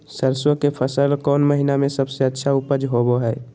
सरसों के फसल कौन महीना में सबसे अच्छा उपज होबो हय?